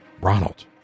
Ronald